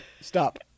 Stop